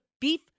Beef